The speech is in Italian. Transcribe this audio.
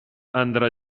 andrà